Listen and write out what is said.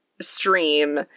stream